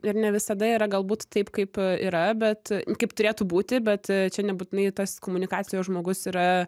ir ne visada yra galbūt taip kaip yra bet kaip turėtų būti bet čia nebūtinai tas komunikacijos žmogus yra